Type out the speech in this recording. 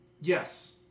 Yes